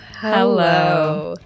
hello